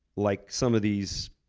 like some of these.